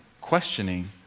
questioning